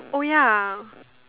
oh ya